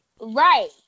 Right